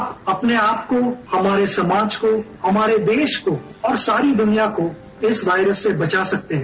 आप अपने आपको हमारे समाज को हमारे देश को और सारी दुनिया को इस वायरस से बचा सकते हैं